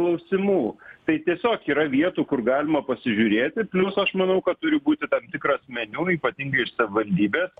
klausimų tai tiesiog yra vietų kur galima pasižiūrėti plius aš manau kad turi būti tam tikras meniu ypatingai iš savivaldybės